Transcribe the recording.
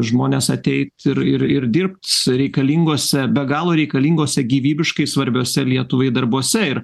žmones ateit ir ir dirbt reikalinguose be galo reikalinguose gyvybiškai svarbiuose lietuvai darbuose ir